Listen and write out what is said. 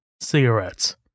cigarettes